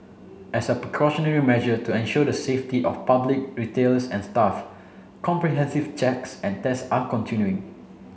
as a precautionary measure to ensure the safety of public retailers and staff comprehensive checks and test are continuing